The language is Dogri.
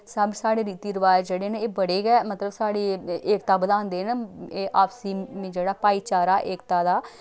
सब साढ़े रीति रवाज जेह्ड़े न एह् बड़े गै मतलब साढ़ी एह् एकता बधांदे न एह् आपसी जेह्ड़ा भाईचारा एकता दा